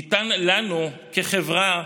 ניתן לנו, כחברה,